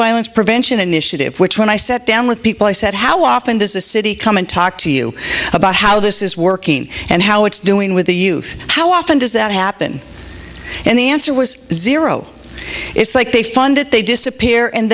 violence prevention initiative which when i sat down with people i said how often does a city come and talk to you about how this is working and how it's doing with the youth how often does that happen and the answer was zero it's like they fund it they disappear and